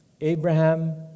Abraham